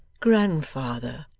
grandfather!